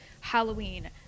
Halloween